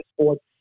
sports